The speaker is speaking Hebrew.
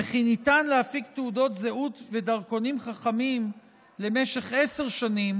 וכי ניתן להפיק תעודות זהות ודרכונים חכמים למשך עשר שנים